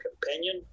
companion